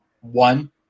one